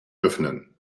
öffnen